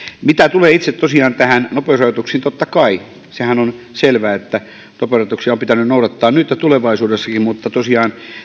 mitä tulee tosiaan itse näihin nopeusrajoituksiin niin totta kai sehän on selvä että nopeusrajoituksia on pitänyt noudattaa nyt ja pitää tulevaisuudessakin mutta tosiaan